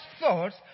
thoughts